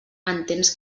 entens